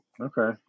Okay